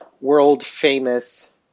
world-famous